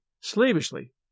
slavishly